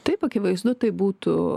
taip akivaizdu tai būtų